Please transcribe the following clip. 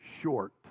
short